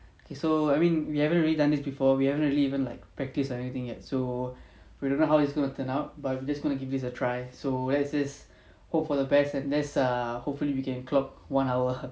okay so I mean we haven't really done this before we never even like practise or anything yet so we don't know how it's going to turn out but we are just going to give this a try so let's just hope for the best and let's err hopefully we can clock one hours